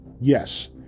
yes